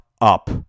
up